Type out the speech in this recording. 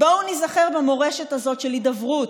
בואו ניזכר במורשת הזאת של הידברות,